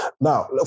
Now